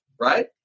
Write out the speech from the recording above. right